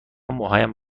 موهایم